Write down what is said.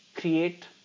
create